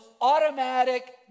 automatic